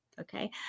okay